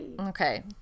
Okay